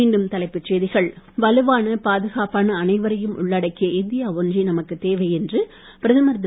மீண்டும் தலைப்புச் செய்திகள் வலுவான பாதுகாப்பான அனைவரையும் உள்ளடக்கிய இந்தியா ஒன்றே நமக்கு தேவை என்று பிரதமர் திரு